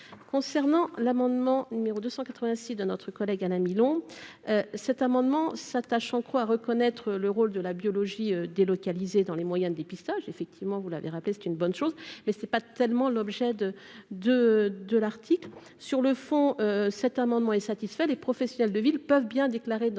concernant l'amendement numéro 286 de notre collègue Alain Milon, cet amendement, s'attachant croit reconnaître le rôle de la biologie dans les moyens de dépistage, effectivement, vous l'avez rappelé, c'est une bonne chose mais ce pas tellement l'objet de de de l'article sur le fond, cet amendement est satisfait des professionnels de ville peuvent bien déclarer dans